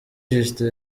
justin